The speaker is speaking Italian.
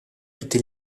tutti